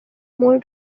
মোৰ